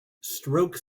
stroke